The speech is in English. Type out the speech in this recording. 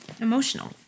emotional